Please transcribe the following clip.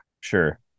Sure